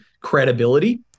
credibility